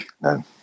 No